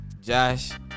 Josh